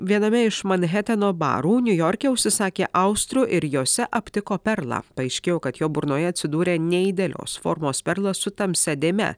viename iš manheteno barų niujorke užsisakė austrių ir jose aptiko perlą paaiškėjo kad jo burnoje atsidūrė neidealios formos perlas su tamsia dėme